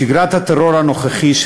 שגרת הטרור הנוכחי,